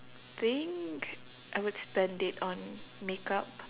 think I would spend it on makeup